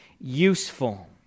useful